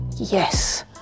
Yes